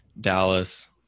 Dallas